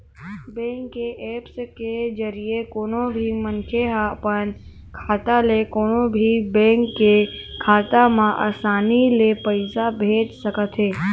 bank के apps के जरिए कोनो भी मनखे ह अपन खाता ले कोनो भी बेंक के खाता म असानी ले पइसा भेज सकत हे